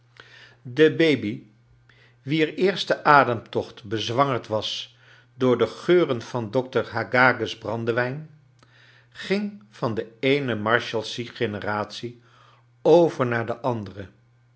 de baby wier eerste ademtocht bezwangerd was door de geuren van dokter ilaggage's brandewijn ging van de eene marshalsea generatie over naar de andere